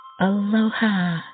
Aloha